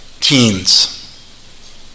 teens